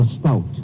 stout